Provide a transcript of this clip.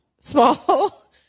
small